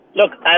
Look